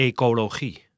Ecologie